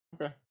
Okay